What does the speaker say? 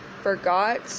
forgot